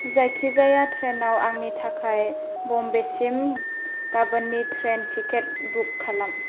जायखिजाया ट्रेनआव आंनि थाखाय बम्बेसिम गाबोननि ट्रेन टिकेट बुक खालाम